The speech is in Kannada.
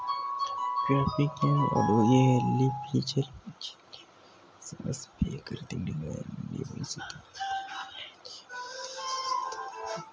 ಕ್ಯಾಪ್ಸಿಕಂನ್ನು ಅಡುಗೆಯಲ್ಲಿ ಪಿಜ್ಜಾ, ಚಿಲ್ಲಿಸಾಸ್, ಬೇಕರಿ ತಿಂಡಿಗಳಲ್ಲಿ ಬಳ್ಸತ್ತರೆ ಇದ್ರಲ್ಲಿ ಸಿ, ಇ ಜೀವ ಸತ್ವವಿದೆ